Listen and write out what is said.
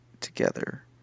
together